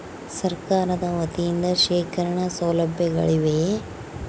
ಸರಕಾರದ ವತಿಯಿಂದ ಶೇಖರಣ ಸೌಲಭ್ಯಗಳಿವೆಯೇ?